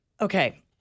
Okay